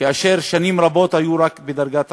כאשר שנים רבות היו רק בדרגת רב-פקד,